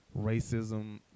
racism